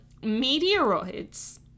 Meteoroids